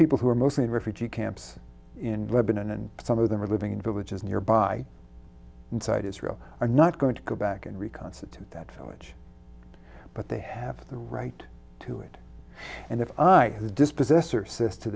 people who are mostly in refugee camps in lebanon and some of them are living in villages nearby inside israel are not going to go back and reconstitute that so much but they have the right to it and if i who dispossessed her sister